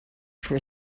for